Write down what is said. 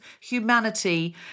humanity